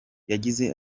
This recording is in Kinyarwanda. yagize